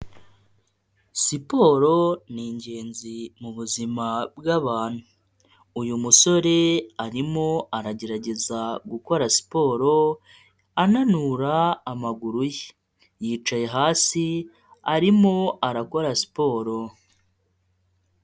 Siporo ni ingenzi mu buzima bw'abantu, uyu musore arimo aragerageza gukora siporo, ananura amaguru ye, yicaye hasi arimo arakora siporo.